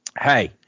Hey